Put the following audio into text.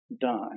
done